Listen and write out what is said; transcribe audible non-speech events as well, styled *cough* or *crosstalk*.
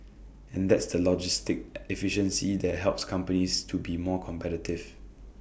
and that's the logistic *noise* efficiency that helps companies to be more competitive